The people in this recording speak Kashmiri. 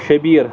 شبیٖر